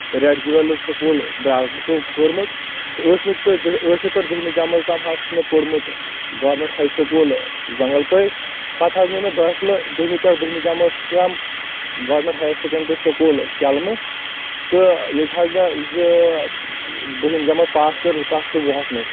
red jewels school برازلہٕ کٔرمٕژ ٲٹھمہِ تہٕ دہۍ مہِ ٲٹھمہِ پٮ۪ٹھ دٔہمہِ جمٲژ تام حظ چھُ مےٚ پوٚرمُت گورمینٛٹ ہاے سکول زنگل پورِ پتہٕ حظ نیوٗ مےٚ دٲخلہٕ دٔہمہِ پٮ۪ٹھ بٔہمہِ جمٲژ تام گورمینٛٹ ہایر سیٚکنڈری سکول کیٚلمہٕ تہٕ ییٚتہِ حظ مےٚ زٕ بٔہِم جمٲژ پاس کٔر زٕ ساس تہٕ وُہس منٛز